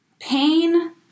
pain